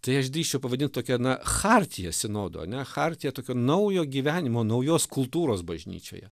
tai aš drįsčiau pavadint tokia na chartija sinodo ane chartija tokio naujo gyvenimo naujos kultūros bažnyčioje